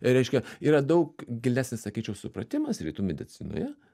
reiškia yra daug gilesnis sakyčiau supratimas rytų medicinoje